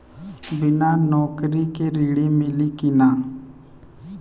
बिना नौकरी के ऋण मिली कि ना?